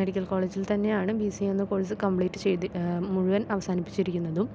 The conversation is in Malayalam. മെഡിക്കൽ കോളേജിൽ തന്നെയാണ് ബി സി എ എന്ന കോഴ്സ് കമ്പ്ലീറ്റ് മുഴുവൻ അവസാനിപ്പിച്ചിരിക്കുന്നതും